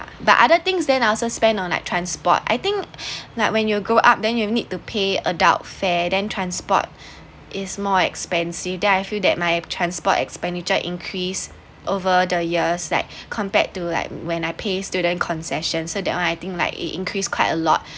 but other things then I also spend on like transport I think like when you grow up then you need to pay adult fare then transport is more expensive then I feel that my transport expenditure increase over the years like compared to like when I pay student concession so that one I think like it increase quite a lot